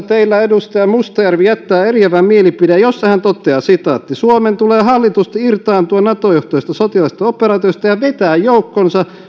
teillä puolustusvaliokunnassa edustaja mustajärvi jättää eriävän mielipiteen jossa hän toteaa suomen tulee hallitusti irtaantua nato johtoisesta sotilaallisesta operaatiosta ja vetää joukkonsa